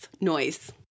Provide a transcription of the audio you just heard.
noise